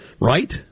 Right